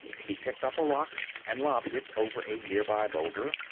he picked up a rock and lobbed it over a nearby boulder,